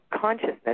consciousness